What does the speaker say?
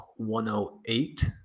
108